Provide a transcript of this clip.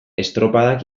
estropadak